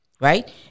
Right